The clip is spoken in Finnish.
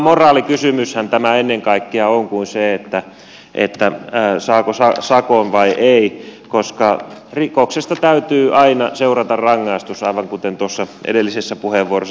nimenomaan moraalikysymyshän tämä ennen kaikkea on eikä kysymys siitä saako sakon vai ei koska rikoksesta täytyy aina seurata rangaistus aivan kuten tuossa edellisessä puheenvuorossa sanoin